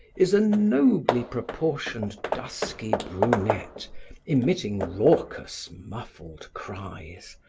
is a nobly proportioned dusky brunette emitting raucous, muffled cries.